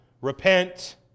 repent